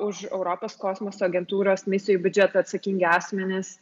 už europos kosmoso agentūros misijų biudžetą atsakingi asmenys